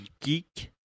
geek